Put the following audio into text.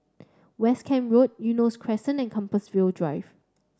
West Camp Road Eunos Crescent and Compassvale Drive